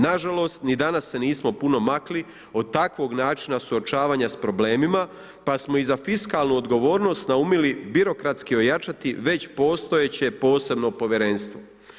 Na žalost ni danas se nismo puno makli od takvog načina suočavanja s problemima, pa smo i za fiskalnu odgovornost naumili birokratski ojačati već postojeće posebno povjerenstvo.